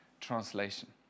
translation